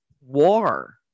War